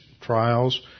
trials